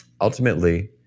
ultimately